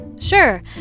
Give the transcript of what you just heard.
Sure